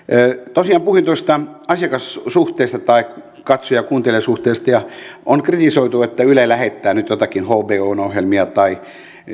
tosiaan puhuin tuosta asiakassuhteesta tai katsoja ja kuuntelijasuhteesta ja on kritisoitu että yle lähettää nyt joitakin hbon ohjelmia tai